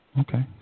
Okay